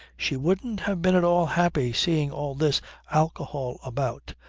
she wouldn't have been at all happy seeing all this alcohol about.